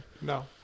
no